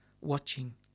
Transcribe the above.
watching